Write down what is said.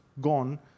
gone